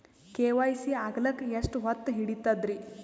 KYC ಆಗಲಕ್ಕ ಎಷ್ಟ ಹೊತ್ತ ಹಿಡತದ್ರಿ?